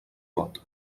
pot